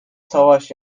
savaş